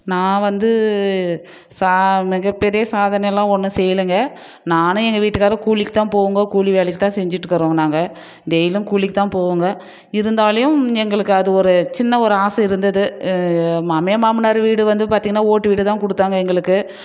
நான் வந்து சா மிகப்பெரிய சாதனையெலாம் ஒன்றும் செய்யலைங்க நானும் எங்கள் வீட்டுக்காரரும் கூலிக்கு தான் போவோங்க கூலி வேலைக்கு தான் செஞ்சுட்டுக்கறோம் நாங்கள் டெய்லும் கூலிக்கு தான் போவோங்க இருந்தாலேயும் எங்களுக்கு அது ஒரு சின்ன ஒரு ஆசை இருந்தது மாமியார் மாமனார் வீடு வந்து பார்த்திங்கன்னா ஓட்டு வீடு தான் கொடுத்தாங்க எங்களுக்கு